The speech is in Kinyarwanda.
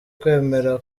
kwemera